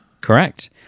Correct